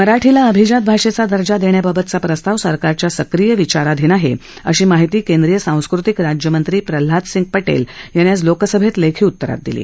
मराठीला अभिजात भाषेचा दर्जा देण्याबाबतचा प्रस्ताव सरकारच्या सक्रीय विचाराधीन आहे अशी माहिती केंद्रीय सांस्कृतिक राज्यमंत्री प्रल्हाद सिंह पटेल यांनी आज लोकसभेत लेखी उतरात दिली